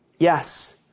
Yes